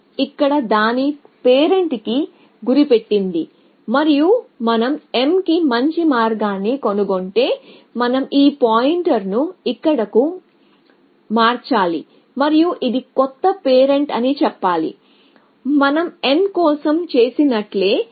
m ఇక్కడ దాని పేరెంట్కి గురిపెట్టింది మరియు మనం m కి మంచి మార్గాన్ని కనుగొంటే మనం ఈ పాయింటర్ను ఇక్కడకు మార్చాలి మరియు ఇది కొత్త పేరెంట్ అని చెప్పాలి మనం n కోసం చేసినట్లే